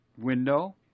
window